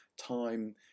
time